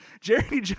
Jerry